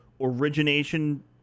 origination